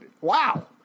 wow